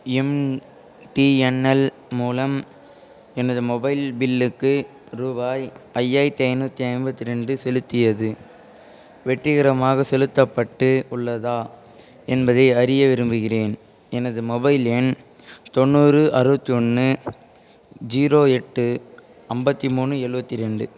MTNL மூலம் எனது mobile பில்லுக்கு ரூபாய் ஐயாயிரத்து ஐந்நூற்றி ஐம்பத்து ரெண்டு செலுத்தியது வெற்றிகரமாக செலுத்தப்பட்டு உள்ளதா என்பதை அறிய விரும்புகிறேன் எனது மொபைல் எண் தொண்ணூறு அறுபத்தி ஒன்று ஜீரோ எட்டு அம்பத்து மூணு எலுபத்தி ரெண்டு